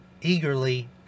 eagerly